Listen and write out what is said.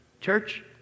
Church